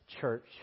church